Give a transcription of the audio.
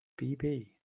BB